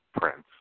prince